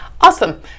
Awesome